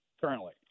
currently